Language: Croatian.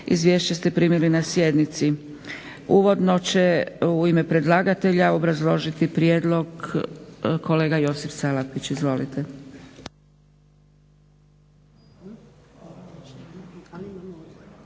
Izvješća ste primili na sjednici. Uvodno će u ime predlagatelja obrazložiti prijedlog kolega Josip Salapić. Izvolite.